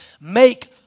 make